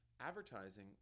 advertising